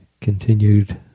continued